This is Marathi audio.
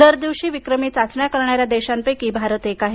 दर दिवशी विक्रमी चाचण्या करणाऱ्या देशांपैकी भारत एक आहे